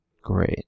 Great